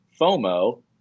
FOMO